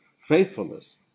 faithfulness